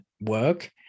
work